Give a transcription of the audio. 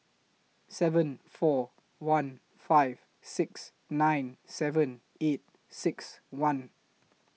seven four one five six nine seven eight six one